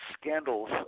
scandals